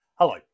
Hello